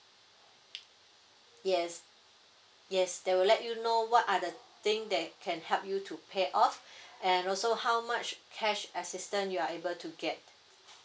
yes yes they will let you know what are the thing that can help you to pay off and also how much cash assistant you are able to get